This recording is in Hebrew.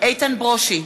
איתן ברושי,